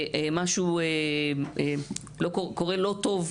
משהו קורה לא טוב.